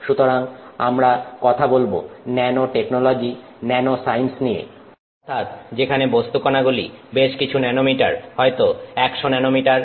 সুতরাং আমরা কথা বলবো ন্যানোটেকনোলজি ন্যানোসায়েন্স নিয়ে অর্থাৎ যেখানে বস্তুকণা গুলি বেশ কিছু ন্যানোমিটার হয়তো 100 ন্যানোমিটার